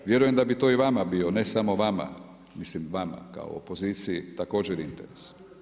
Vjerujem da bi to i vama bio, ne samo vama, mislim vama kao opoziciji, također interes.